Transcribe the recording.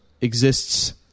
exists